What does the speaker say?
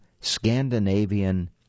Scandinavian